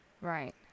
Right